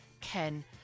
Ken